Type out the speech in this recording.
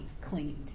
cleaned